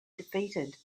defeated